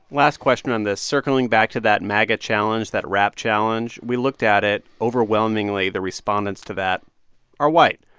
last question on this, circling back to that maga challenge, that rap challenge. we looked at it. overwhelmingly, the respondents to that are white.